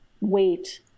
weight